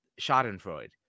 Schadenfreude